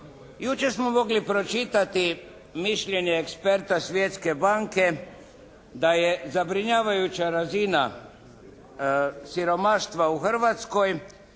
Jučer smo mogli pročitati mišljenje eksperta Svjetske banke da je zabrinjavajuća razina siromaštva u Hrvatskoj